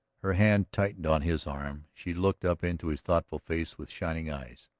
her hand tightened on his arm. she looked up into his thoughtful face with shining eyes.